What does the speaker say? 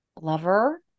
lover